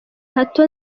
hato